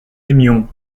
aimions